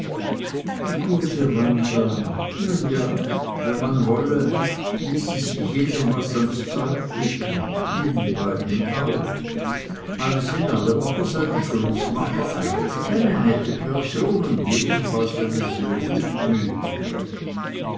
die gute wanda nun ja wenn man wolle so ließe sich jedem was ans zeug flicken ihnen beiden auch alles in allem aber sei die grützmacher eigentlich eine nette person und jedenfalls eine sehr gutmütige